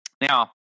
now